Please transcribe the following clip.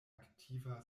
aktiva